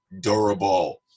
durable